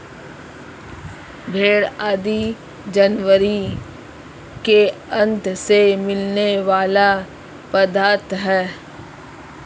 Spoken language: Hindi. भेंड़ आदि जानवरों के आँत से मिलने वाला पदार्थ है